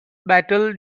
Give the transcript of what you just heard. battle